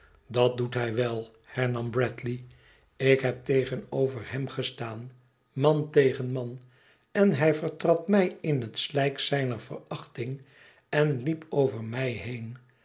dat doet hij wèl hemam bradiey ik heb tegenover hem gestaan man tegen man en hij vertrad mij in het sujk zijner verachting en liep over mij heen